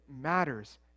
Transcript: matters